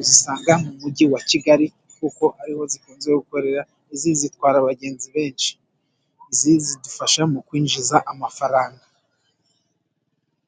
uzisanga mu mujyi wa Kigali kuko ariho zikunze gukorera. Izi zitwara abagenzi benshi, izi zidufasha mu kwinjiza amafaranga.